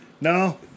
No